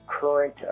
current